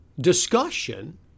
discussion